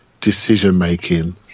decision-making